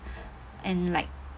and like